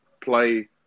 play